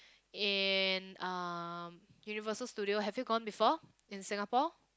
and um Universal-Studio have you gone before in Singapore